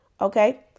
okay